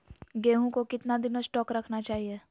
गेंहू को कितना दिन स्टोक रखना चाइए?